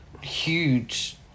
huge